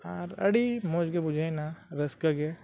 ᱟᱨ ᱟᱹᱰᱤ ᱢᱚᱸᱡᱽ ᱜᱮ ᱵᱩᱡᱷᱟᱹᱣ ᱮᱱᱟ ᱨᱟᱹᱥᱠᱟᱹ ᱜᱮ